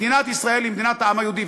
מדינת ישראל היא מדינת העם היהודי,